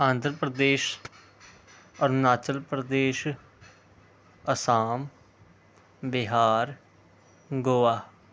Andhra Pradesh Arunachal Pradesh Assam Bihar Goa